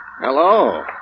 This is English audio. Hello